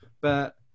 but-